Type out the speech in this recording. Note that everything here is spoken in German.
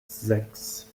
sechs